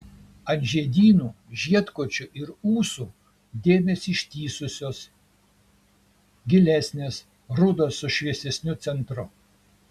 ant žiedynų žiedkočių ir ūsų dėmės ištįsusios gilesnės rudos su šviesesniu centru